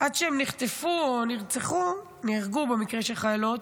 עד שהן נחטפו או נרצחו, נהרגו, במקרה של חיילות,